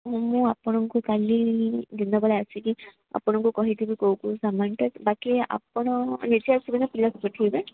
ମୁଁ ଆପଣଙ୍କୁ କାଲି ଦିନବେଳା ଆସିକି ଆପଣଙ୍କୁ କହିଦେବି କେଉଁ କେଉଁ ସାମାନ୍ଟା ବାକି ଆପଣ ନିଜେ ଆସିବେ ନା ପିଲାକୁ ପଠେଇବେ